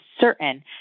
certain